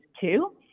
two